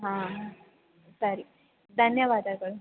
ಹಾಂ ಸರಿ ಧನ್ಯವಾದಗಳು